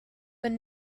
but